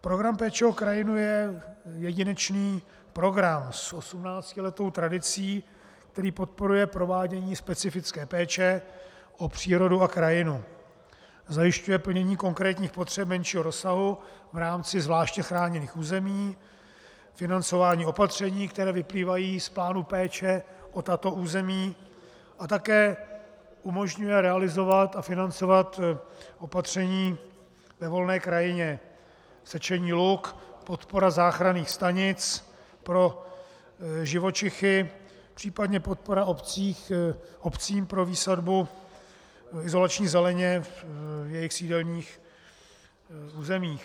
Program péče o krajinu je jedinečný program s 18letou tradicí, který podporuje provádění specifické péče o přírodu a krajinu a zajišťuje plnění konkrétních potřeb menšího rozsahu v rámci zvláště chráněných území, financování opatření, která vyplývají z plánu péče o tato území, a také umožňuje realizovat a financovat opatření ve volné krajině sečení luk, podpora záchranných stanic pro živočichy, případně podpora obcím pro výsadbu izolační zeleně v jejich sídelních územích.